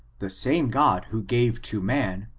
the same god who gave to man,